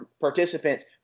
participants